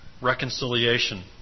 reconciliation